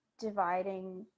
dividing